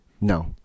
No